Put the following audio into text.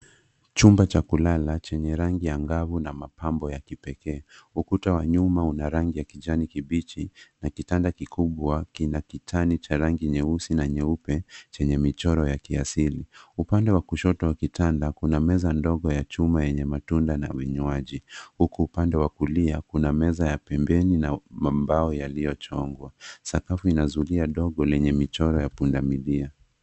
Chumba cha kulala chenye rangi angavu na mapambo ya kipekee. Ukuta wa nyuma una rangi ya kijani kibichi, na kitanda kikubwa kina kitani cha rangi nyeusi na nyeupe chenye michoro ya kiasili. Upande wa kushoto wa kitanda, kuna meza ndogo ya chuma yenye matunda na vinywaji huku upande wa kulia, kuna meza ya pembeni na mambao yaliyochongwa. Sakafu ina zulia dogo lenye michoro ya pundamilia.